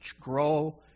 grow